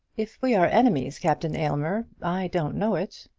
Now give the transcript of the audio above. if we are enemies, captain aylmer, i don't know it.